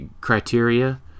criteria